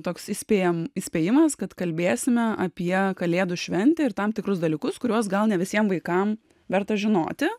toks įspėjam įspėjimas kad kalbėsime apie kalėdų šventę ir tam tikrus dalykus kuriuos gal ne visiem vaikam verta žinoti